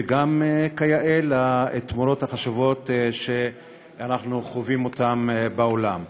וגם כיאה לתמורות החשובות שאנחנו חווים בעולם.